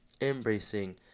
Embracing